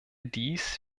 dies